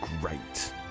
great